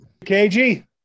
KG